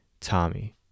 Tommy